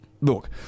look